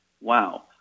Wow